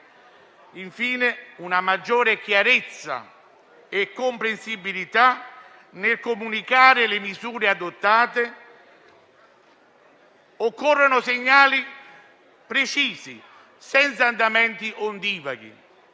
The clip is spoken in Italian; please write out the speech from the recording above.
infine, di una maggiore chiarezza e comprensibilità nel comunicare le misure adottate. Occorrono segnali precisi, senza andamenti ondivaghi,